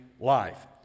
life